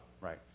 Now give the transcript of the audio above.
right